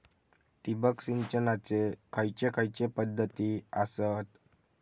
ठिबक सिंचनाचे खैयचे खैयचे पध्दती आसत?